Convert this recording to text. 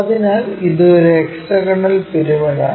അതിനാൽ ഇത് ഒരു ഹെക്സഗണൽ പിരമിഡാണ്